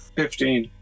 fifteen